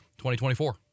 2024